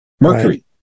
Mercury